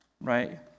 Right